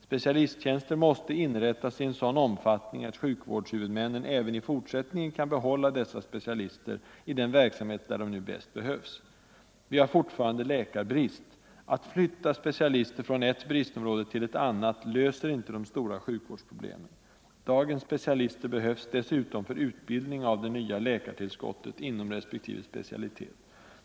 Specialisttjänster måste inrättas i sådan omfattning att sjukvårdshuvudmännen även i fortsättningen kan behålla dessa specialister i den verksamhet där de nu bäst behövs. Vi har fortfarande läkarbrist. Att flytta specialister från ett bristområde till ett annat löser inte de stora sjukvårdsproblemen. Dagens specialister behövs dessutom för utbildning av det nya läkartillskottet inom respektive specialitet.